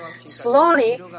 slowly